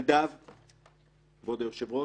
נדב ארגמן,